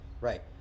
right